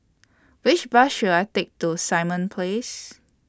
Which Bus should I Take to Simon Place